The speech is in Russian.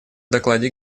докладе